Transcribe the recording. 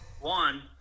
One